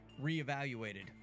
reevaluated